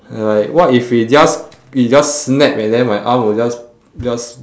like what if it just it just snap and then my arm will just just